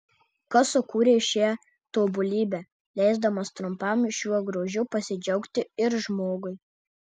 kas sukūrė šią tobulybę leisdamas trumpam šiuo grožiu pasidžiaugti ir žmogui